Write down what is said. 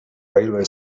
railway